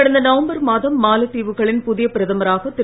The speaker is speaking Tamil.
கடந்த நவம்பர் மாதம் மாலத்தீவுகளின் புதிய பிரதமராக திரு